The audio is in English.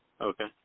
Okay